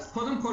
קודם כול,